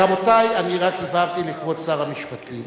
רבותי, אני רק הבהרתי לכבוד שר המשפטים